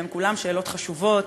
כולן שאלות חשובות.